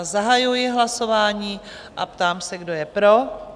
Zahajuji hlasování a ptám se, kdo je pro?